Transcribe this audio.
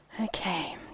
Okay